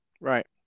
right